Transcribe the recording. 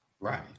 Right